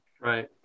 Right